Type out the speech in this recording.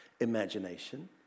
imagination